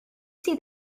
see